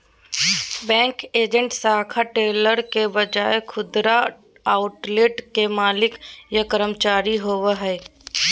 bank agent शाखा teller के बजाय खुदरा आउटलेट के मालिक या कर्मचारी होवो हइ